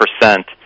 percent